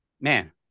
man